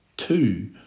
Two